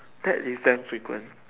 that is damn frequent